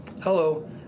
Hello